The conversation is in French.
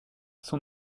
son